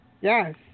Yes